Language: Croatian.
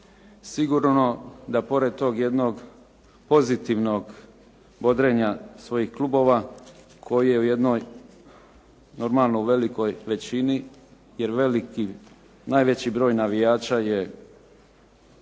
sigurno da pored tog jednog pozitivnog bodrenja svojih klubova koji u jednoj normalno velikoj većini jer najveći broj navijača